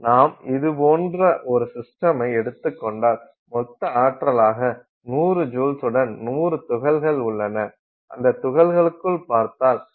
நாம் இது போன்ற ஒரு சிஸ்டமை எடுத்துக் கொண்டால் மொத்த ஆற்றலாக 100 ஜூல்ஸுடன் 100 துகள்கள் உள்ளன அந்த துகள்களுக்குள் பார்த்தால் ஒரு பங்கீடு இருப்பதைக் காணலாம்